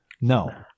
no